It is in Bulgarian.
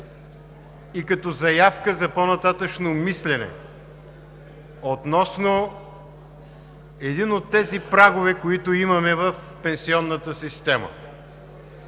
и като заявка за по-нататъшно мислене относно един от тези прагове, които имаме в пенсионната система